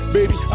Baby